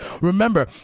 Remember